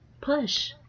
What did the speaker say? push